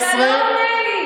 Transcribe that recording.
לציבור הימני,